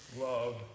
love